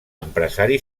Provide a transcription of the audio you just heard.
empresari